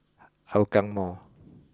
Hougang Mall